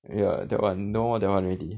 ya that one no more that one already